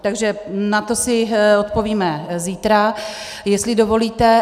Takže na to si odpovíme zítra, jestli dovolíte.